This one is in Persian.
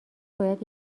باید